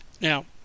Now